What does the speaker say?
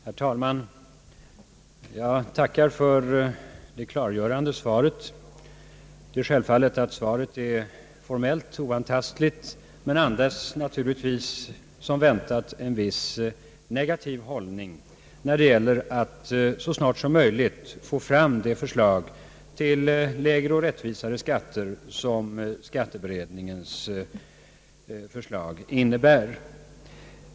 Herr talman! Jag tackar finansministern för det klargörande svaret på min fråga. Självfallet är svaret formellt oantastligt, men det präglas naturligtvis, såsom väntat, av en viss negativ inställning när det gäller att så snart som möjligt få fram det förslag till lägre och rättvisare skatter som skatteberedningens betänkande innebär.